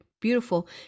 beautiful